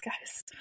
guys